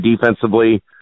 defensively